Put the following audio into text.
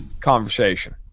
conversation